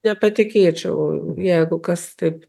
nepatikėčiau jeigu kas taip